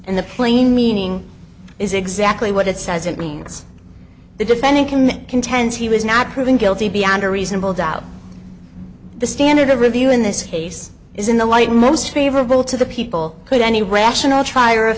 and the plain meaning is exactly what it says it means the defendant can contend he was not proven guilty beyond a reasonable doubt the standard of review in this case is in the light most favorable to the people could any rational trier of